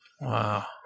Wow